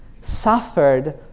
suffered